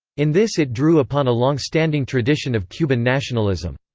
in this it drew upon a longstanding tradition of cuban nationalism.